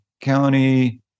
County